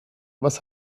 was